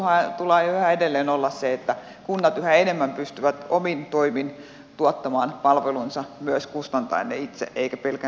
tavoitteen tulee yhä edelleen olla se että kunnat yhä enemmän pystyvät omin toimin tuottamaan palvelunsa myös kustantaen ne itse eikä pelkillä valtionosuuksilla